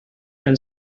and